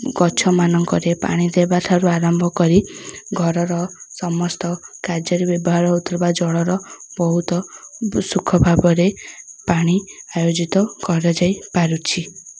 ଗଛମାନଙ୍କରେ ପାଣି ଦେବା ଠାରୁ ଆରମ୍ଭ କରି ଘରର ସମସ୍ତ କାର୍ଯ୍ୟରେ ବ୍ୟବହାର ହଉଥିବା ଜଳର ବହୁତ ସୁଖ ଭାବରେ ପାଣି ଆୟୋଜିତ କରାଯାଇ ପାରୁଛି